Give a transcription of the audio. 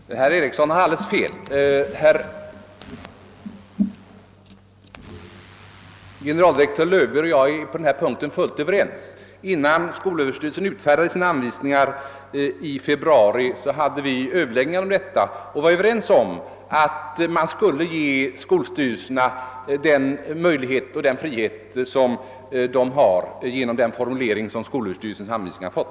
Herr talman! Herr Eriksson i Arvika har alldeles fel. Generaldirektör Löwbeer och jag är fullt överens på denna punkt. Innan skolöverstyrelsen utfärdade sina anvisningar i februari hade vi överläggningar, och vi var då överens om att man skulle ge skolstyrelserna den frihet som de genom denna formulering av skolöverstyrelsens anvisningar har fått.